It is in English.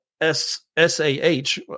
S-S-A-H